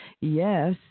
yes